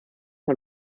man